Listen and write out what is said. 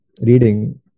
reading